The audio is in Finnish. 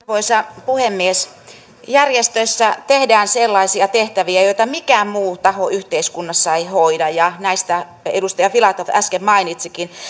arvoisa puhemies järjestöissä tehdään sellaisia tehtäviä joita mikään muu taho yhteiskunnassa ei hoida ja näistä edustaja filatov äsken mainitsikin tämä